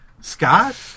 Scott